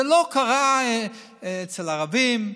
זה לא קרה אצל ערבים,